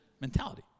mentality